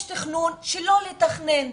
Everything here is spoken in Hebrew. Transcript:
יש תכנון שלא לתכנן,